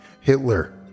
Hitler